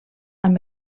amb